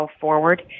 forward